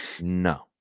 No